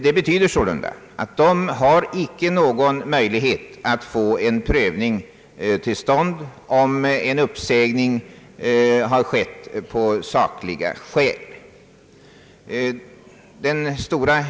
Det betyder sålunda att dessa arbetstagare icke har någon möjlighet att få en prövning till stånd, huruvida en uppsägning har skett på sakliga skäl.